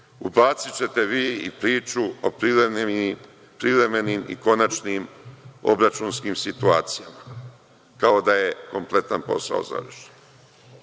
vi i priču o privremenim i konačnim obračunskim situacijama, kao da je kompletan posao završen.